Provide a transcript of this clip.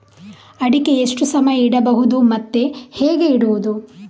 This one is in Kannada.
ಅಡಿಕೆ ಎಷ್ಟು ಸಮಯ ಇಡಬಹುದು ಮತ್ತೆ ಹೇಗೆ ಇಡುವುದು?